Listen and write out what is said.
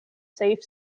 safe